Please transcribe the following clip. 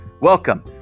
Welcome